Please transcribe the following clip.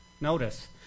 Notice